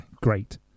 great